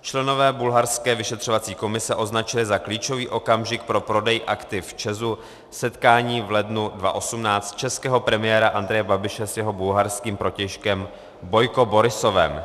Členové bulharské vyšetřovací komise označili za klíčový okamžik pro prodej aktiv ČEZ setkání v lednu 2018 českého premiéra Andreje Babiše s jeho bulharským protějškem Bojko Borisovem.